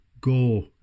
go